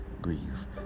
grieve